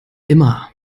immer